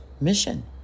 mission